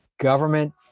government